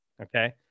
Okay